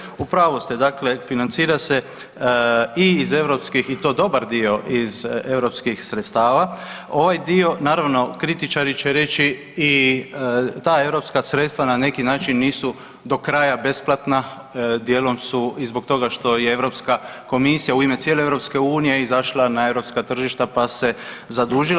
Da kolegice u pravu ste, dakle financira se i iz europskih i to dobar dio iz europskih sredstava, ovaj dio, naravno kritičari će reći i ta europska sredstva na neki način nisu do kraja besplatna, dijelom su i zbog toga što je i Europska komisija u ime cijele EU izašla na europska tržišta pa se zadužila.